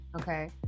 Okay